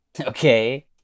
Okay